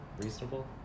reasonable